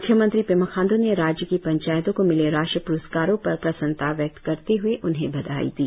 मुख्यमंत्री पेमा खांडू ने राज्य की पंचायतों को मिले राष्ट्रीय पुरस्कारों पर प्रसन्नता व्यक्त करते हुए उन्हें बधाई दी